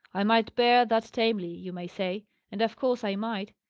i might bear that tamely, you may say and of course i might,